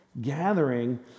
gathering